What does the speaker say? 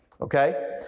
okay